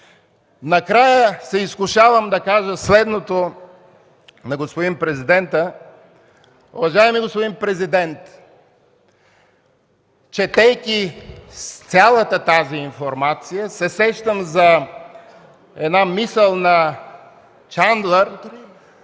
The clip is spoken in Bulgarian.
Накрая се изкушавам да кажа следното на господин Президента. Уважаеми господин Президент, четейки цялата тази информация, се сещам за една мисъл на Чандлър,